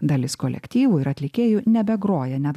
dalis kolektyvų ir atlikėjų nebegroja net